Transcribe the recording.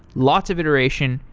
lots of iteration,